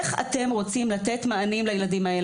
איך אתם רוצים לתת מענים לילדים האלה?